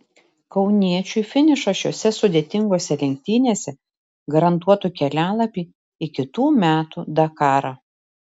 kauniečiui finišas šiose sudėtingose lenktynėse garantuotų kelialapį į kitų metų dakarą